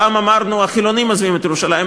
פעם אמרנו: החילונים עוזבים את ירושלים,